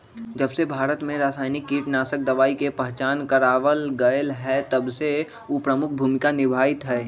जबसे भारत में रसायनिक कीटनाशक दवाई के पहचान करावल गएल है तबसे उ प्रमुख भूमिका निभाई थई